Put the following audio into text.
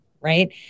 right